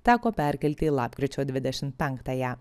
teko perkelti į lapkričio dvidešimt penktąją